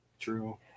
True